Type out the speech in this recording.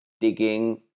digging